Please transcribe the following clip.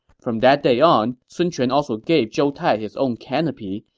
from that day on, sun quan also gave zhou tai his own canopy,